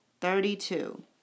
thirty-two